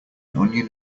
onion